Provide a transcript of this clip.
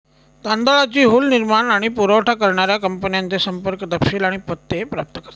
तांदळाची हुल निर्माण आणि पुरावठा करणाऱ्या कंपन्यांचे संपर्क तपशील आणि पत्ते प्राप्त करतात